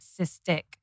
cystic